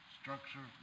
structure